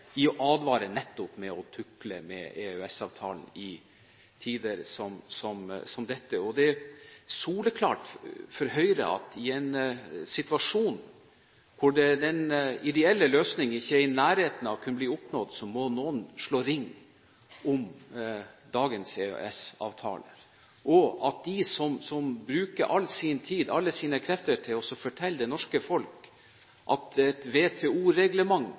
å advare nettopp mot å tukle med EØS-avtalen i tider som denne. Det er soleklart for Høyre at i en situasjon hvor man ikke er i nærheten av å kunne oppnå den ideelle løsning, må noen slå ring om dagens EØS-avtale. Noen bruker all sin tid, alle sine krefter, til å fortelle det norske folk at et